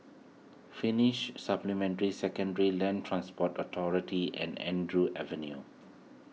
Finnish Supplementary Secondary Land Transport Authority and Andrew Avenue